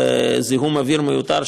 וזיהום אוויר מיותר,